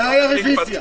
מתי הצבעה על הרביזיה?